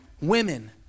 women